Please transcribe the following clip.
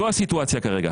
זו הסיטואציה כרגע.